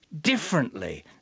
differently